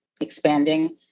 expanding